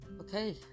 okay